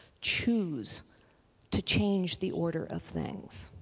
choose to change the order of things.